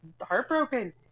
heartbroken